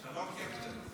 שלום, קפטן.